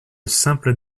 simple